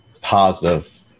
positive